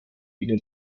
ihnen